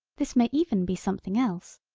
this may even be something else,